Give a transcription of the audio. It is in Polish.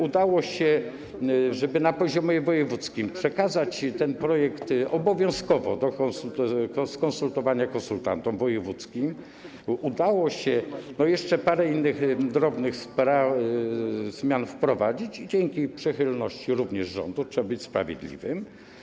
Udało się na poziomie wojewódzkim przekazać ten projekt obowiązkowo do skonsultowania konsultantom wojewódzkim, udało się jeszcze parę innych drobnych zmian wprowadzić, dzięki przychylności również rządu, trzeba być sprawiedliwym.